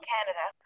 Canada